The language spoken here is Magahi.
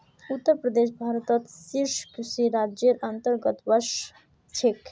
उत्तर प्रदेश भारतत शीर्ष कृषि राज्जेर अंतर्गतत वश छेक